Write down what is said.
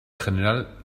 general